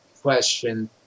question